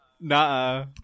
nah